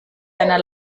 seiner